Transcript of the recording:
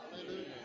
Hallelujah